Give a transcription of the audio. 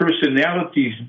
personalities